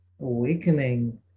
awakening